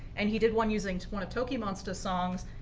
and he did one using one of tokimonsta's songs,